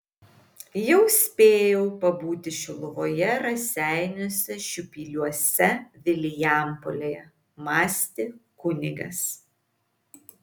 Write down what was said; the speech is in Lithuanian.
jau spėjau pabūti šiluvoje raseiniuose šiupyliuose vilijampolėje mąstė kunigas